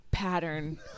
Pattern